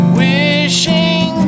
wishing